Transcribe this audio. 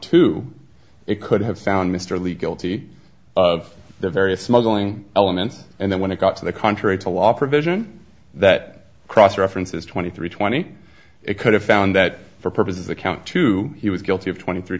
two it could have found mr leach guilty of the various smuggling element and then when it got to the contrary to law provision that cross references twenty three twenty it could have found that for purposes of count two he was guilty of twenty three